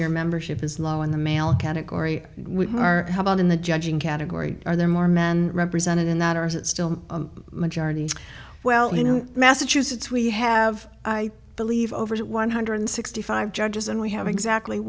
your membership is low in the male category are about in the judging category are there more men represented in that or is it still majority well massachusetts we have i believe over one hundred sixty five judges and we have exactly